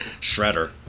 Shredder